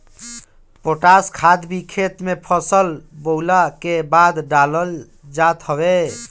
potash खाद भी खेत में फसल बोअला के बाद डालल जात हवे